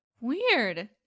weird